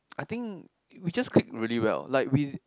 I think we just click really well like we